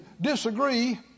disagree